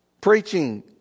preaching